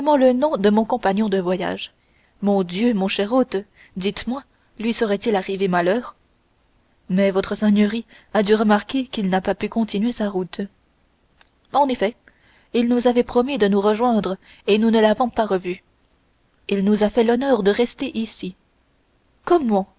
le nom de mon compagnon de voyage mon dieu mon cher hôte dites-moi lui serait-il arrivé malheur mais votre seigneurie a dû remarquer qu'il n'a pas pu continuer sa route en effet il nous avait promis de nous rejoindre et nous ne l'avons pas revu il nous a fait l'honneur de rester ici comment